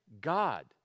god